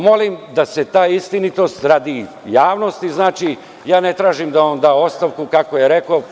Molim da se ta istinitost radijavnosti znači, ja ne tražim da on da ostavku kako je rekao.